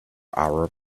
arab